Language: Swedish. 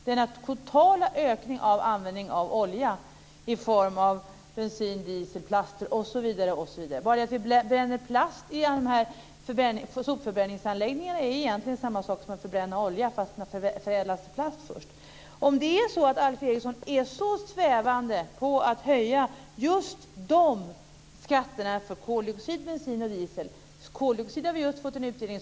Det är den totala ökningen av användningen av olja i form av bensin, diesel, plaster osv. Det faktum att vi bränner plast vid sopförbränningsanläggningarna är egentligen samma sak som att förbränna olja, fast den har förädlats till plast först. Vi har precis fått en utredning som visar att det är mycket viktigt att ta itu med just koldioxiden för att komma till rätta med klimatförändringarna.